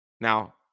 Now